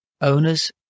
owners